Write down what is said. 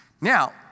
Now